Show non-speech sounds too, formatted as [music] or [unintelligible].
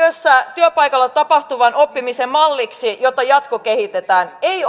työpaikalla tapahtuvan oppimisen malliksi jota jatkokehitetään ei [unintelligible]